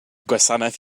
gwasanaeth